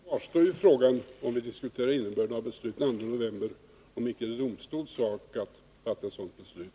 Herr talman! Då kvarstår frågan om det inte borde ha varit en domstol och icke regeringen som skulle ha fattat ett sådant beslut.